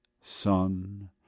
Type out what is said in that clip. Son